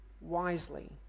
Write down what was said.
wisely